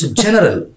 general